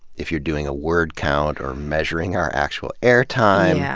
if you're doing a word count or measuring our actual airtime,